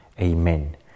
Amen